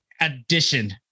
addition